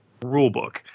rulebook